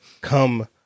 come